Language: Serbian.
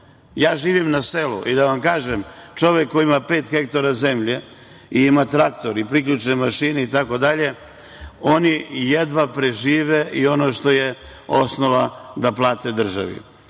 pomeri. Živim na selu i da vam kažem, čovek koji ima pet hektara zemlje i ima traktor i priključne mašine itd, oni jedva prežive i ono što je osnova da plate državi,